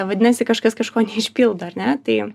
vadinasi kažkas kažko neišpildo ar ne tai